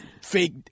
Fake